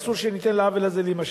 אסור לתת לעוול הזה להימשך.